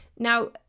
Now